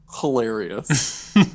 hilarious